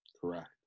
Correct